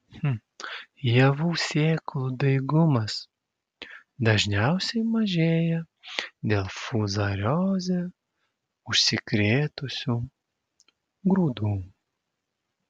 javų sėklų daigumas dažniausiai mažėja dėl fuzarioze užsikrėtusių grūdų